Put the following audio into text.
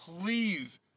please